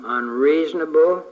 unreasonable